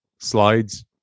slides